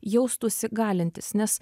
jaustųsi galintis nes